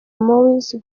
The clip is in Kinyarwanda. mowzey